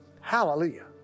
Hallelujah